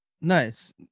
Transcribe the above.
Nice